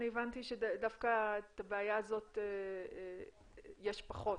אני הבנתי שדווקא את הבעיה הזאת יש פחות.